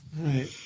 Right